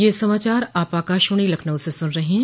ब्रे क यह समाचार आप आकाशवाणी लखनऊ से सुन रहे हैं